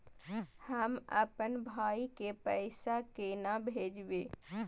हम आपन भाई के पैसा केना भेजबे?